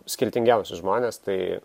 skirtingiausius žmones tai